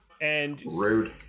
Rude